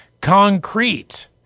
concrete